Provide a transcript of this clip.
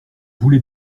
voulez